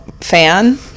fan